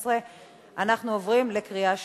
2012. אנחנו עוברים לקריאה שנייה.